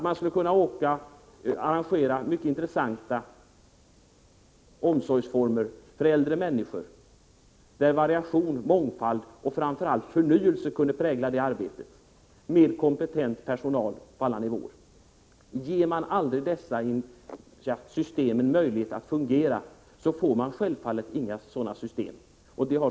Man skulle kunna arrangera mycket intressanta omsorgsformer för äldre människor med kompetent personal på alla nivåer och där variation, mångfald och framför allt förnyelse kunde prägla arbetet. Ger man aldrig dessa system en möjlighet att fungera, får man självfallet inga sådana system.